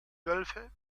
wölfe